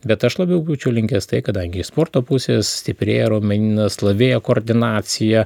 bet aš labiau būčiau linkęs tai kadangi iš sporto pusės stiprėja raumenynas lavėja koordinacija